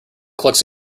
collects